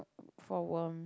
for worm